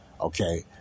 Okay